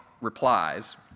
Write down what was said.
replies